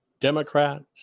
Democrats